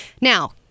Now